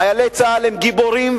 חיילי צה"ל הם גיבורים,